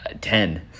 ten